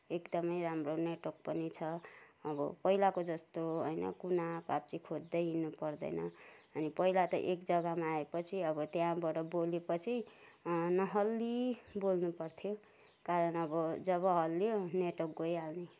एकदमै राम्रो नेटवर्क पनि छ अब पहिलाको जस्तो होइन कुना काप्ची खोज्दै हिँड्नु पर्दैन अनि पहिला त एक जग्गामा आए पछि अब त्यहाँबाट बोल्यो पछि नहल्ली बोल्नु पर्थ्यो कारण अब जब हल्लियो नेटवर्क गइहाल्ने